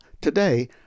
today